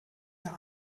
der